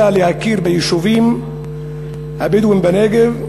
אלא להכיר ביישובים הבדואיים בנגב,